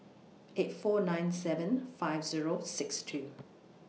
eight four nine seven five Zero six two